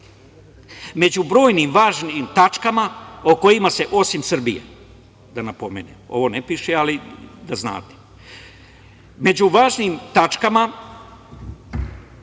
Među brojnim važnim tačkama, o kojima se osim Srbije, da napomenem, da znate, među važnim tačkama,